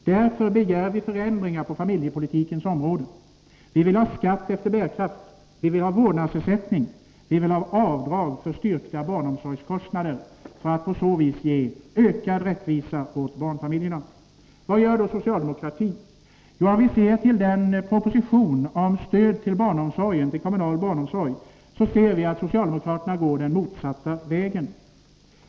Därför begär vi förändringar på familjepolitikens område. Vi vill ha skatt efter bärkraft. Vi vill ha vårdnadsersättning och avdrag för styrkta barnomsorgskostnader för att på så vis ge ökad rättvisa åt barnfamiljerna. Vad gör då socialdemokratin? Om vi studerar propositionen om stöd till kommunal barnomsorg, finner vi att socialdemokraterna går den motsatta vägen.